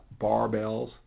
barbells